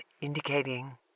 indicating